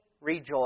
rejoice